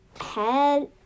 head